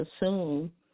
assume